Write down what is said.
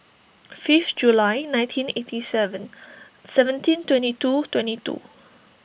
fifth July nineteen eighty seven seventeen twenty two twenty two